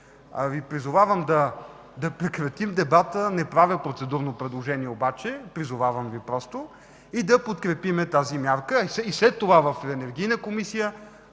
Призовавам Ви да прекратим дебата. Не правя процедурно предложение обаче. Призовавам Ви просто. Да подкрепим тази мярка и след това в Енергийна комисия